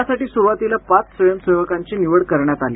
यासाठी सुरुवातीला पाच स्वयंसेवकांची निवड करण्यात आली